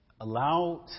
allow